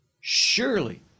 Surely